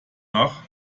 nach